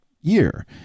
year